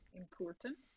important